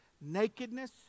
Nakedness